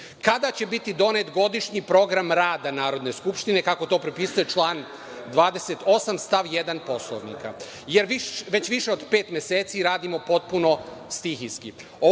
kada će biti donet godišnji program rada Narodne skupštine, kako to propisuje član 28. stav 1. Poslovnika, jer već više od pet meseci radimo potpuno stihijski.